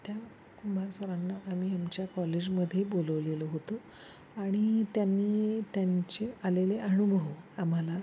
त्या कुंभार सरांना आम्ही आमच्या कॉलेजमध्ये बोलवलेलं होतं आणि त्यांनी त्यांचे आलेले अनुभव आम्हाला